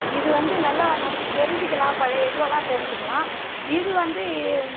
இது வந்து நல்லா நம் தெரிஞ்சிக்கலாம் பழைய இதுவெல்லாம் தெரிஞ்சிக்கலாம் இது வந்து இ